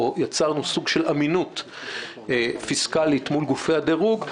או יצרנו סוג של אמינות פיסקלית מול גופי הדרוג.